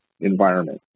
environment